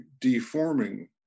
deforming